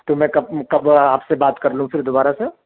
تو میں کب کب آپ سے بات کر لوں پھر دوبارہ سے